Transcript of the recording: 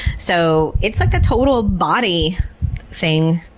so, it's like a total body thing.